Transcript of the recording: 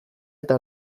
eta